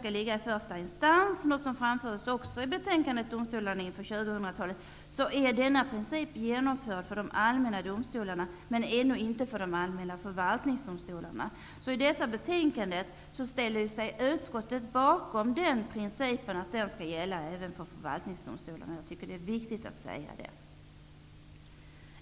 skall ligga i första instans, något som framfördes i betänkandet Domstolarna inför 2000 talet, vill jag säga att denna är genomförd för de allmänna domstolarna, men ännu inte för de allmäna förvaltningsdomstolarna. I detta betänkande ställer sig utskottet bakom att denna princip bör gälla även för förvaltningsdomstolarna, och jag tycker att det är viktigt att peka på detta.